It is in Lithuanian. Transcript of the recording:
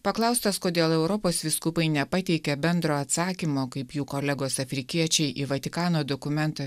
paklaustas kodėl europos vyskupai nepateikė bendro atsakymo kaip jų kolegos afrikiečiai į vatikano dokumentų